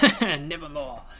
Nevermore